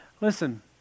Listen